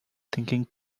thinking